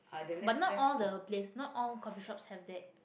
but not all the place not all coffee shops have that